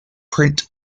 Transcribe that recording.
print